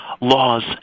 laws